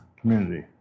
community